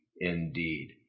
indeed